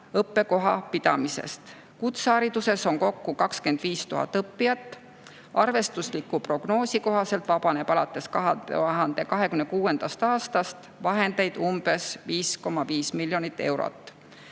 õppekoha pidamisest. Kutsehariduses on kokku 25 000 õppijat. Arvestusliku prognoosi kohaselt vabaneb alates 2026. aastast vahendeid umbes 5,5 miljonit eurot.